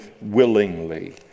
willingly